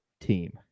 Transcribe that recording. team